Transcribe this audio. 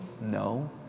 No